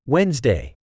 Wednesday